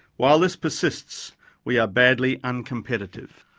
while this persists we are badly uncompetitive.